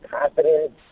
confidence